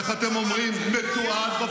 לקח לך יותר מדי זמן להיכנס לרפיח.